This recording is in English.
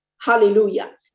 hallelujah